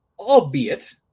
albeit